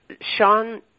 Sean